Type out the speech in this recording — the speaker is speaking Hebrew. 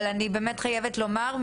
אבל אני באמת חייבת לומר,